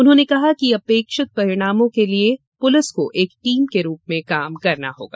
उन्होंने कहा कि अपेक्षित परिणामों के लिए पुलिस को एक टीम के रूप में काम करना होगा